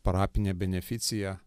parapinę beneficiją